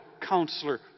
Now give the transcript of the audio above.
counselor